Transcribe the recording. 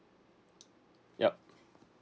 yup